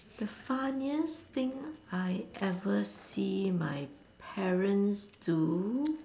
the funniest thing I ever see my parents do